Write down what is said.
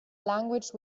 language